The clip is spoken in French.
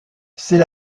c’est